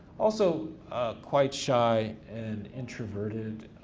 also quite shy and introverted.